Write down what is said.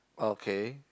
okay